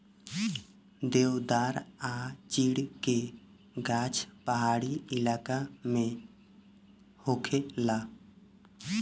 देवदार आ चीड़ के गाछ पहाड़ी इलाका में होखेला